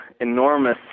enormous